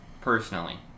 personally